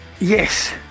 Yes